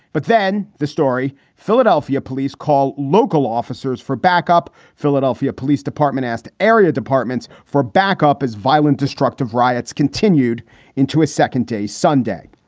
but then the story. philadelphia police call local officers for backup. philadelphia police department asked area departments for backup as violent, destructive riots continued into a second day sunday.